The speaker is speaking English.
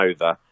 over